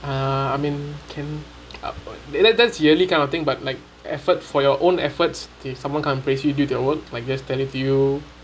uh I mean can uh that that's yearly kind of thing but like effort for your own efforts to someone companies you do their own like just tell it to you